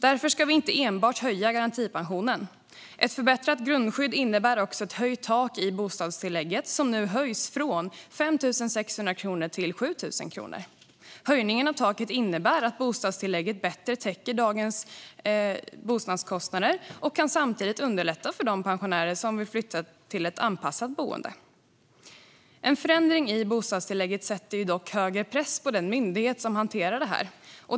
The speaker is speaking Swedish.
Därför ska vi inte enbart höja garantipensionen. Ett förbättrat grundskydd innebär också ett höjt tak för bostadstillägget; det höjs nu från 5 600 till 7 000 kronor. Höjningen av taket innebär att bostadstillägget bättre täcker dagens bostadskostnader och kan samtidigt underlätta för de pensionärer som vill flytta till ett anpassat boende. En förändring i bostadstillägget sätter dock högre press på den myndighet som hanterar detta.